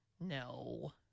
No